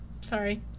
Sorry